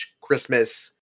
Christmas